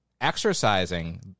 exercising